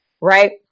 right